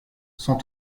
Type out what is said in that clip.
sans